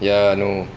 ya no